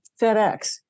FedEx